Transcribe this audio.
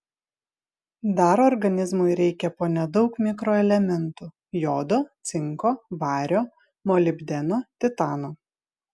dar organizmui reikia po nedaug mikroelementų jodo cinko vario molibdeno titano